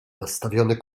nastawione